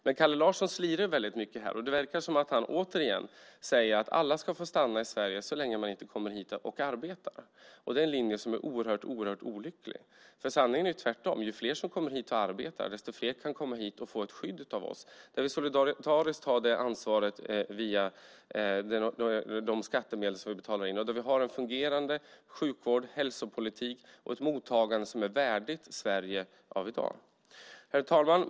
Men Kalle Larsson slirar väldigt mycket här, och det verkar som om han återigen säger att alla ska få stanna i Sverige, så länge de inte kommer hit och arbetar. Det är en linje som är oerhört olycklig. För sanningen är ju det motsatta: Ju fler som kommer hit och arbetar, desto fler kan komma hit och få ett skydd av oss då vi solidariskt tar det ansvaret via de skattemedel som vi betalar in och då vi har en fungerande sjukvård och hälsopolitik och ett mottagande som är värdigt Sverige av i dag. Herr talman!